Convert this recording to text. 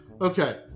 Okay